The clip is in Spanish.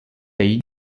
ahí